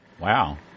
wow